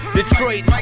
Detroit